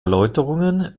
erläuterungen